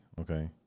okay